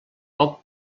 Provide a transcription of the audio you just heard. poc